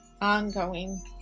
ongoing